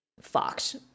fucked